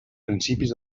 principis